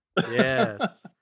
yes